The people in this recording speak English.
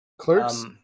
Clerks